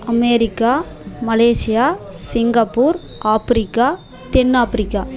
America Malaysia Singapore Africa தென் Africa